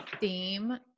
theme